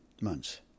months